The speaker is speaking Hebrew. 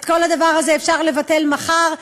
את כל הדבר הזה אפשר לבטל מחר,